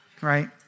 right